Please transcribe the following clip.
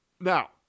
Now